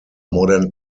modern